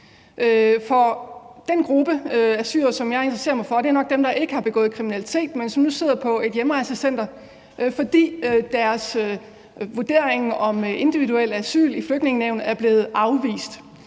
For den gruppe af syrere, som jeg interesserer mig for, er nok den gruppe, der ikke har begået kriminalitet, og som nu sidder på et hjemrejsecenter, fordi deres vurdering i Flygtningenævnet om at